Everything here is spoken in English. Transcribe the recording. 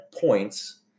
points